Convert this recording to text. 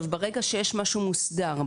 ברגע שיש משהו מוסדר,